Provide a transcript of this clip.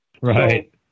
Right